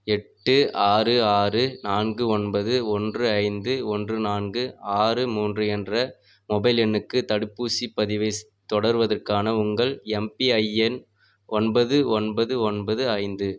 எட்டு ஆறு ஆறு நான்கு ஒன்பது ஒன்று ஐந்து ஒன்று நான்கு ஆறு மூன்று என்ற மொபைல் எண்ணுக்கு தடுப்பூசிப் பதிவைத் தொடர்வதற்கான உங்கள் எம்பிஐஎன் ஒன்பது ஒன்பது ஒன்பது ஐந்து